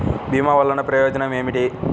భీమ వల్లన ప్రయోజనం ఏమిటి?